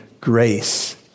grace